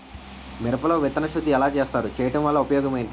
మిరప లో విత్తన శుద్ధి ఎలా చేస్తారు? చేయటం వల్ల ఉపయోగం ఏంటి?